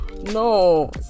no